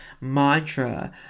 Mantra